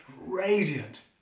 radiant